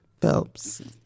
Phelps